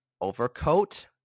overcoat